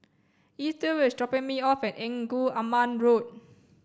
Ethyl is dropping me off at Engku Aman Road